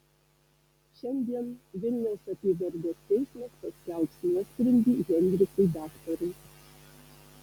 šiandien vilniaus apygardos teismas paskelbs nuosprendį henrikui daktarui